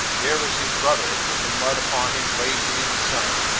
there was his brother, with the mud upon him glazing in the sun,